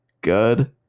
Good